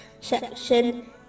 section